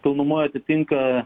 pilnumoj atitinka